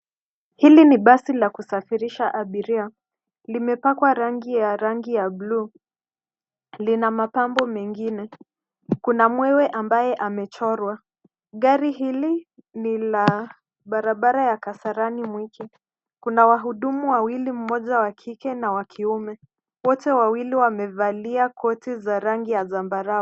Hili ni basi la kusafirisha abiria. Limepakwa rangi ya blue . Lina mapambo mengine. Kuna mwewe ambaye amechorwa. Gari hili ni la barabara ya Kasarani, Mwiki. Kuna wahudumu wawili mmoja wa kike na wa kiume. Wote wawili wamevalia koti za rangi ya zambarau